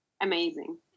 amazing